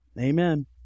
Amen